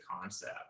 concept